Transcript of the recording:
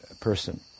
person